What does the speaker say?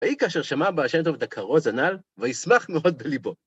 ויהי כאשר שמע הבעל שם טוב את הכרוז הנ"ל, וישמח מאוד בליבו.